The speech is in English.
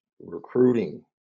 Recruiting